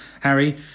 Harry